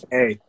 Hey